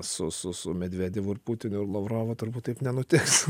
su su su medvedevu ir putinu ir lavrovu turbūt taip nenutiks